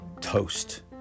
toast